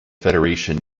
federation